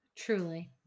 truly